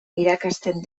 irakasten